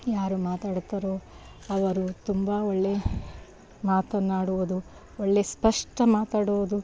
ಯಾರು ಮಾತಾಡುತ್ತಾರೊ ಅವರು ತುಂಬ ಒಳ್ಳೆ ಮಾತನಾಡುವುದು ಒಳ್ಳೆ ಸ್ಪಷ್ಟ ಮಾತಾಡೋದು